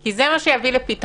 כי זה מה שיביא לפתרון...